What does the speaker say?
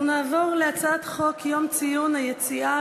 אנחנו נעבור להצעת חוק יום לציון היציאה